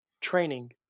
training